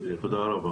תודה רבה.